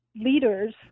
leaders